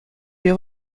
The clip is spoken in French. les